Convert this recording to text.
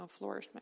flourishment